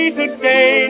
today